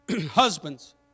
Husbands